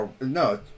No